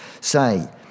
say